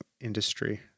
industry